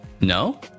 No